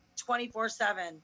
24-7